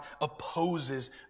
opposes